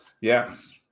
yes